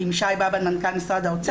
עם שי באב"ד מנכ"ל משר האוצר.